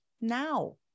now